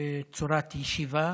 בצורת ישיבה